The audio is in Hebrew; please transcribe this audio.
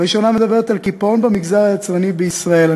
הראשונה מדברת על קיפאון במגזר היצרני בישראל.